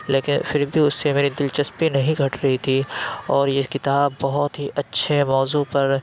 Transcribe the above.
لیکن پھر بھی اُس سے میری دلچسپی نہیں گھٹ رہی تھی اور یہ کتاب بہت ہی اچھے موضوع پر